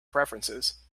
preferences